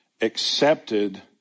accepted